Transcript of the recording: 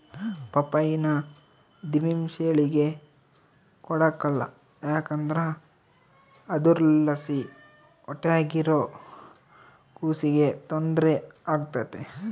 ಪಪ್ಪಾಯಿನ ದಿಮೆಂಸೇಳಿಗೆ ಕೊಡಕಲ್ಲ ಯಾಕಂದ್ರ ಅದುರ್ಲಾಸಿ ಹೊಟ್ಯಾಗಿರೋ ಕೂಸಿಗೆ ತೊಂದ್ರೆ ಆಗ್ತತೆ